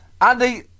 Andy